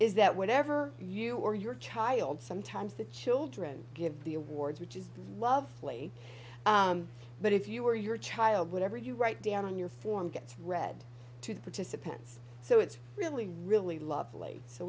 is that whatever you or your child sometimes the children give the awards which is lovely but if you or your child whatever you write down on your form gets read to the participants so it's really really lovely so